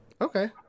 Okay